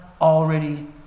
already